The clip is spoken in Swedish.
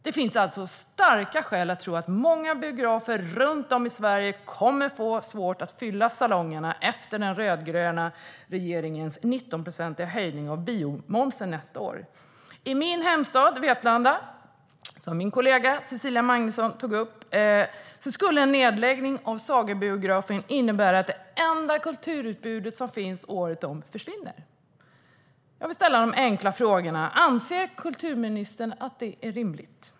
Det finns alltså starka skäl att tro att många biografer runt om i Sverige kommer att få svårt att fylla salongerna efter den rödgröna regeringens 19procentiga höjning av biomomsen nästa år. I min hemstad Vetlanda, som min kollega Cecilia Magnusson tog upp, skulle en nedläggning av Sagabiografen innebära att det enda kulturutbud som finns året om försvinner. Jag vill ställa ett par enkla frågor: Anser kulturministern att det är rimligt?